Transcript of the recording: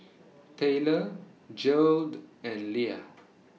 Tayler Gearld and Leah